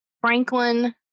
Franklin